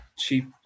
cheap